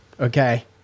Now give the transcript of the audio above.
Okay